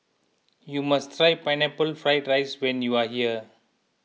you must try Pineapple Fried Rice when you are here